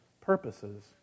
purposes